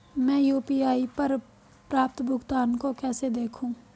मैं यू.पी.आई पर प्राप्त भुगतान को कैसे देखूं?